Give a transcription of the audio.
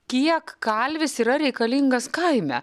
kiek kalvis yra reikalingas kaime